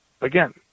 again